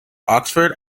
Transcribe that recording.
oxford